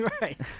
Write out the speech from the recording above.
Right